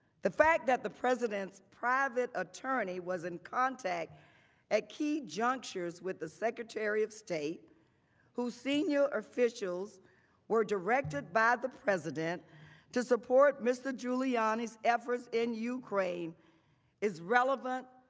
the fact that the presidents private attorney was in contact at key junctures with the secretary of state who senior officials were directed by the president to support mr. giuliani's efforts in ukraine is relevant,